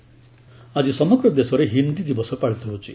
ହିନ୍ଦୀ ଦିବସ ଆଜି ସମଗ୍ର ଦେଶରେ ହିନ୍ଦୀ ଦିବସ ପାଳିତ ହେଉଛି